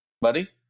Buddy